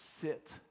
sit